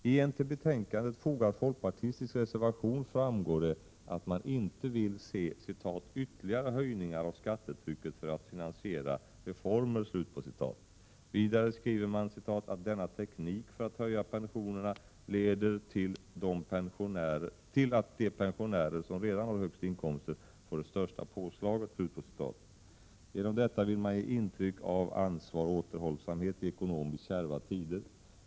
I en till betänkandet fogad folkpartistisk reservation framgår det att man inte vill se ”ytterligare höjningar av skattetrycket för att finansiera reformer”. Vidare skriver man att ”denna teknik för att höja pensionerna leder till att de pensionärer som redan har högst inkomster får det största påslaget”. Genom detta vill man ge intryck av ansvar och återhållsamhet i ekonomiskt kärva tider.